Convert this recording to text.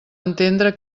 entendre